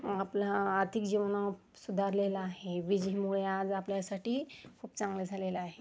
आपलं आर्थिक जीवन सुधारलेलं आहे विजेमुळे आज आपल्यासाठी खूप चांगलं झालेलं आहे